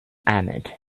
ahmed